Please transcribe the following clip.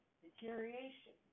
deterioration